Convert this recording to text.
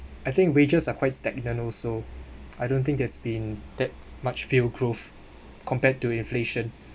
I think wages are quite stagnant also I don't think there's been that much fuel growth compared to inflation